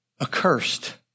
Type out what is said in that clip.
accursed